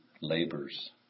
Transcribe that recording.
labors